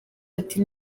ati